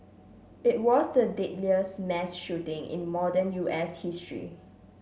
it was the deadliest mass shooting in modern U S history